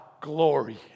glory